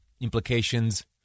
implications